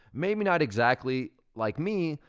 maybe not exactly like me,